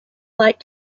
light